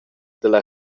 dalla